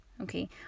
Okay